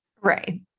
right